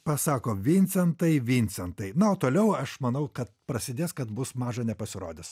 pasako vincentai vincentai na o toliau aš manau kad prasidės kad bus maža nepasirodys